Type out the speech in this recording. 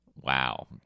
wow